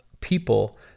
people